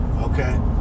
okay